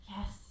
Yes